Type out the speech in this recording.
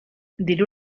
diru